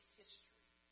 history